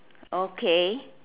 okay